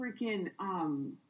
freaking